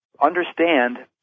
understand